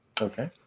Okay